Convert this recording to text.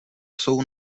jsou